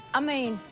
ah mean,